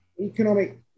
economic